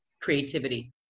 creativity